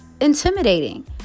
intimidating